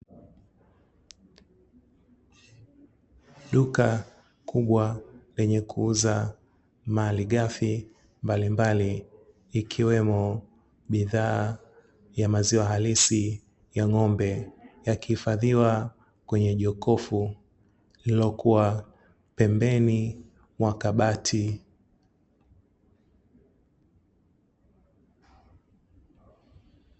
Duka kubwa lenye kuuza malighafi mbalimbali ikiwemo bidhaa ya maziwa halisi ya ng’ombe, yakiifadhiwa kwenye jokofu lililokuwa pendeni mwa kabati.